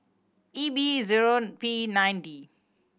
E B zero P nine D